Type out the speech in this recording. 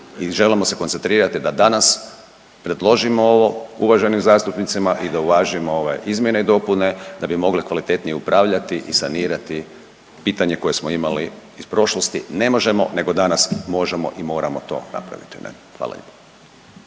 želimo se koncentrirati da danas predložimo ovo uvaženim zastupnicima i da uvažimo ovaj izmjene i dopune da bi mogli kvalitetnije upravljati i sanirati pitanje koje smo imali iz prošlosti ne možemo, nego danas možemo i moramo to napraviti. Hvala lijepo.